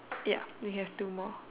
ya we have two more